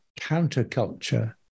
counterculture